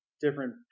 different